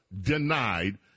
denied